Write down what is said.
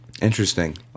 Interesting